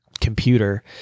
computer